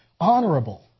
honorable